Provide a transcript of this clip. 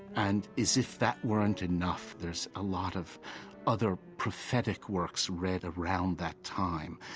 and as if that weren't enough, there's a lot of other prophetic works read around that time.